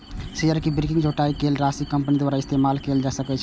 share के बिक्री सं जुटायल गेल राशि कंपनी द्वारा इस्तेमाल कैल जा सकै छै